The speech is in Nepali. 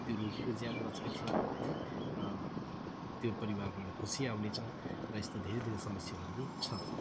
त्यो रोगीको ज्यान बाच्नेछ है त्यो परिवारमा एउटा खुसी आउने छ र यस्तो धेरै धेरै समस्याहरू पनि छ